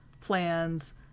plans